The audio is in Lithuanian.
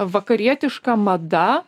vakarietiška mada